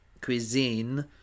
cuisine